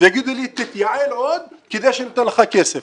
ויאמרו לי תתייעל עוד בגלל שנותנים לי כסף.